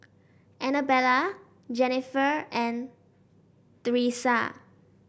Annabella Jennifer and Thresa